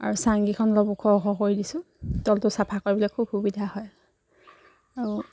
আৰু চাঙকেইখন অলপ ওখ ওখ কৰি দিছোঁ তলটো চাফা কৰিবলৈ খুব সুবিধা হয় আৰু